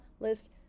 list